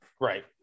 right